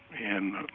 and